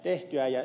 kun ed